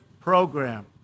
program